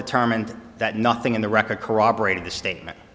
determined that nothing in the record corroborated the statement